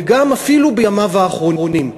ואפילו בימיו האחרונים,